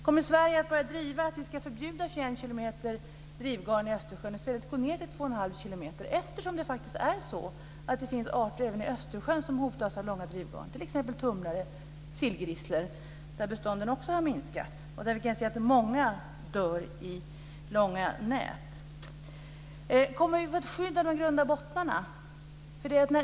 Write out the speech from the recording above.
Kommer Sverige att börja driva att vi ska förbjuda 21 kilometer långa drivgarn i Östersjön och i stället gå ned till två och en halv kilometer eftersom det faktiskt är så att det finns arter även i Östersjön som hotas av långa drivgarn, t.ex. tumlare och sillgrisslor? Där har bestånden också minskat, och vi kan se att många dör i långa nät. Kommer vi att få ett skydd av de grunda bottnarna?